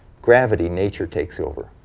gravity, nature takes over.